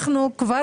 אנחנו כבר